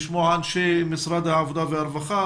לשמוע את אנשי משרד העבודה והרווחה,